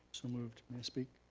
so moved, may i speak?